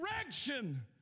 direction